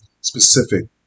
specific